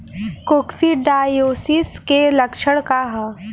Coccidiosis के लक्षण का ह?